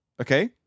okay